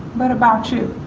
what about you?